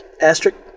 asterisk